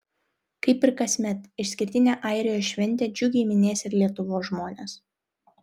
kaip ir kasmet išskirtinę airijos šventę džiugiai minės ir lietuvos žmonės